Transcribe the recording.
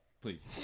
please